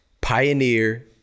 pioneer